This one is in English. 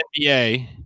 NBA